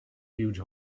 huge